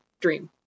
Dream